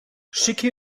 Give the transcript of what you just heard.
schicke